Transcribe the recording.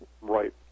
Right